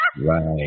Right